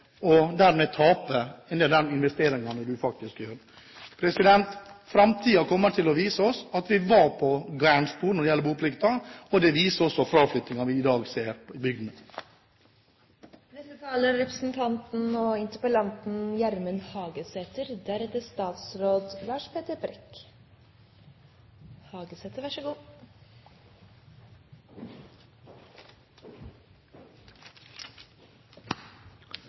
og dermed vil du tape en del av de investeringene du faktisk gjør. Framtiden kommer til å vise oss at vi var på galt spor når det gjelder boplikten, og det viser også den fraflyttingen fra bygdene vi i dag ser.